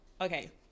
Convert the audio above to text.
okay